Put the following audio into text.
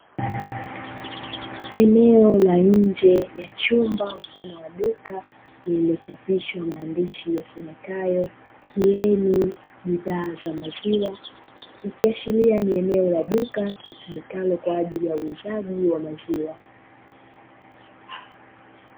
Eneo la nje ya chumba mfano wa duka lililochapishwa maandishi yasomekayo "KIENI" bidhaa za maziwa, ikiashiria ni eneo la duka linalotumika kwa ajili ya uuzaji wa bidhaa za maziwa.